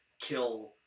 kill